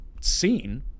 seen